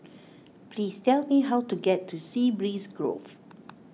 please tell me how to get to Sea Breeze Grove